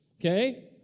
Okay